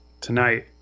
tonight